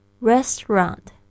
restaurant